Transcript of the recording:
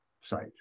site